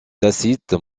tacite